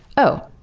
oh!